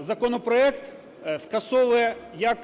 Законопроект скасовує, як